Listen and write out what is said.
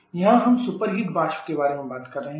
यहां हम सुपरहीट वाष्प के बारे में बात कर रहे हैं